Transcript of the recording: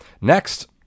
next